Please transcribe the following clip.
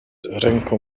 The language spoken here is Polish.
ręką